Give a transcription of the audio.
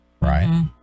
right